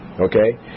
Okay